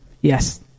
Yes